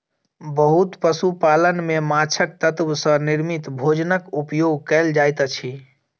बहुत पशु पालन में माँछक तत्व सॅ निर्मित भोजनक उपयोग कयल जाइत अछि